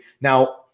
Now